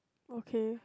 okay